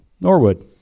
Norwood